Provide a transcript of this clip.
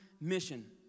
Mission